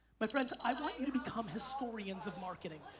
my friends, i want you to become historians of marketing.